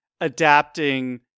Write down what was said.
adapting